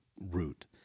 root